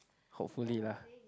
hopefully lah